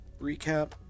recap